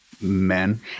men